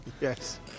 Yes